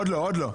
עוד לא.